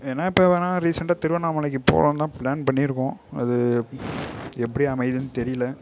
வேணா இப்பவேணா ரீசண்டாக திருவண்ணாமலைக்கு போலாம்னு தான் ப்ளான் பண்ணி இருக்கோம் அது எப்படி அமையுதுனு தெரியல